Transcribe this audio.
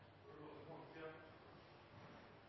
spørsmål